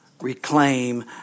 Reclaim